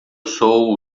sou